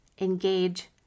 engage